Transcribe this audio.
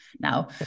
now